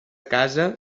casa